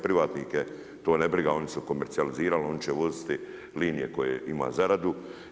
Privatnike to ne briga oni su se komercijalizirali, oni će voziti linije koje ima zaradu.